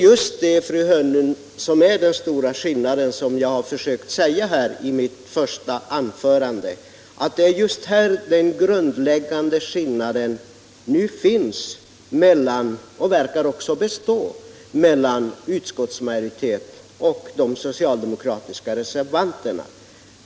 Jag har i mitt första anförande försökt säga att det är just här den stora skillnaden ligger —- och även verkar bestå — mellan utskottsmajoriteten och de socialdemokratiska reservanterna.